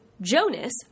Jonas